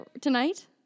tonight